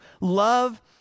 love